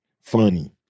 funny